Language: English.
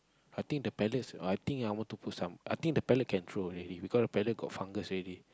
I think the palette I think I want to put some I think the palette can throw already because the palette got fungus already